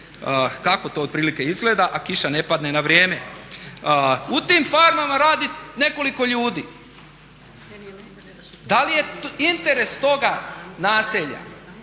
kako to otprilike izgleda, a kiša ne padne na vrijeme. U tim farmama radi nekoliko ljudi. Da li je interes toga naselja